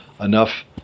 enough